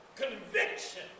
Conviction